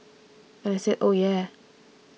and I said oh yeah